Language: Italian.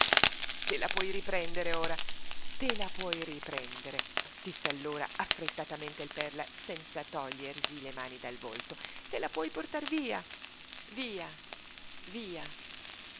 te la puoi riprendere ora te la puoi riprendere disse allora affrettatamente il perla senza togliersi le mani dal volto te la puoi portar via via via